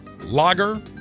lager